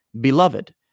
beloved